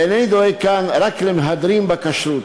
אינני דואג כאן רק למהדרים בכשרות.